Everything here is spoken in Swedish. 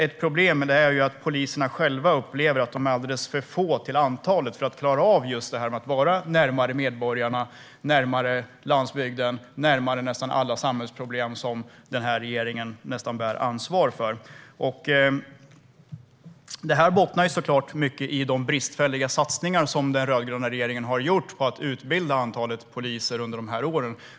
Ett problem är dock att poliserna själva upplever att de är alldeles för få till antalet för att klara av att vara just närmare medborgarna, närmare landsbygden, närmare alla de samhällsproblem som regeringen näst intill bär ansvar för. Det här bottnar så klart mycket i de bristfälliga satsningar som den rödgröna regeringen har gjort när det gäller att utbilda poliser under de här åren.